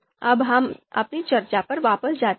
अब हम अपनी चर्चा पर वापस जाते हैं